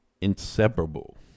inseparable